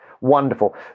wonderful